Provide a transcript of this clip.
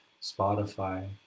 Spotify